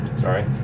Sorry